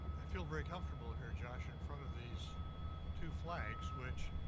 i feel very comfortable here, josh, in front of these two flags, which,